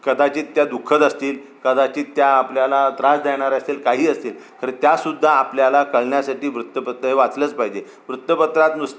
कदाचित त्या दुःखद असतील कदाचित त्या आपल्याला त्रास देणाऱ्या असतील काही असतील तर त्या सुद्धा आपल्याला कळण्यासाठी वृत्तपत्र हे वाचलंच पाहिजे वृत्तपत्रात नुस